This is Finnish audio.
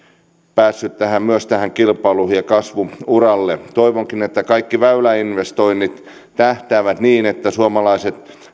päässyt myös tähän kilpailu ja kasvu uralle toivonkin että kaikki väyläinvestoinnit tähtäävät siihen että suomalaiset